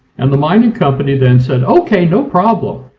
and the mining company then said, okay no problem,